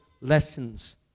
lessons